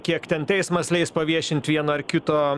kiek ten teismas leis paviešint vieno ar kito